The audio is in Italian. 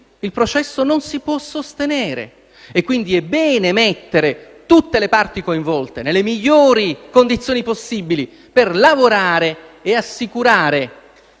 il processo non si può sostenere. È bene, quindi, mettere tutte le parti coinvolte nelle migliori condizioni possibili per lavorare e assicurare